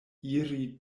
iri